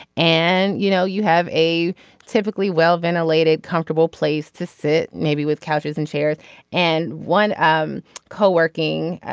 and you know you have a typically well ventilated comfortable place to sit maybe with couches and chairs and one um coworking.